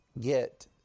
get